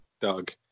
doug